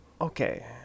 Okay